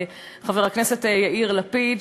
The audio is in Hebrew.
חבר הכנסת יאיר לפיד,